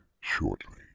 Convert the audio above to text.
shortly